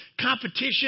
competition